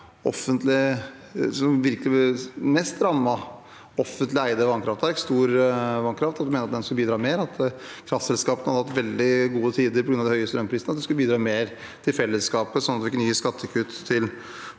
som rammet offentlig eide vannkraftverk mest. Vi mente at de skulle bidra mer, at kraftselskapene hadde hatt veldig gode tider på grunn av de høye strømprisene, og at de skulle bidra mer til fellesskapet, sånn at vi kunne gi skattekutt til